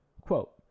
Quote